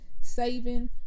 saving